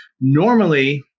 Normally